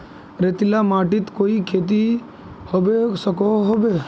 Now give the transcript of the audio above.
रेतीला माटित कोई खेती होबे सकोहो होबे?